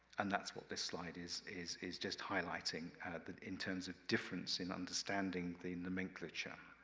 and that's what this slide is is is just highlighting that in terms of difference in understanding the nomenclature.